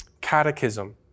Catechism